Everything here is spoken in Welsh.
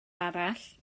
arall